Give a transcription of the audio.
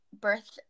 Birth